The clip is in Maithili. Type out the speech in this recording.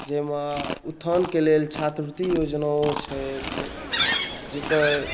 जाहिमे उत्थानके लेल छात्रवृत्रि योजनाओ छथि जकर